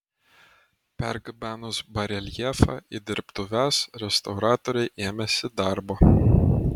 pergabenus bareljefą į dirbtuves restauratoriai ėmėsi darbo